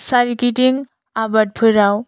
सोरगिदिं आबादफोराव